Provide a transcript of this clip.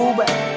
back